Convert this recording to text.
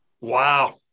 Wow